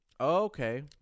okay